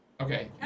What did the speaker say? Okay